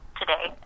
today